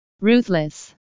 ruthless